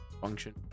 function